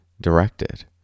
directed